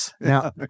Now